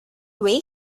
way